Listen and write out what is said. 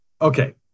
Okay